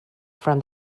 from